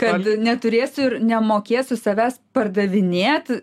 kad neturėsiu ir nemokėsiu savęs pardavinėt